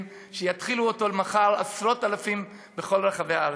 שיתחילו אותו מחר עשרות אלפים בכל רחבי הארץ: